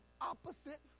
opposite